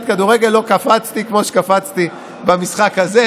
כדורגל לא קפצתי כמו שקפצתי במשחק הזה,